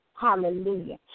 Hallelujah